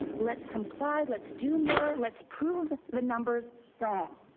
let's comply, let's do more. let's prove the numbers wrong.